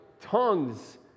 tongues